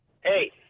Hey